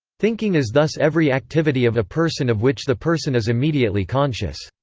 thinking is thus every activity of a person of which the person is immediately conscious.